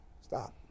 Stop